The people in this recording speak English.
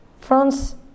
France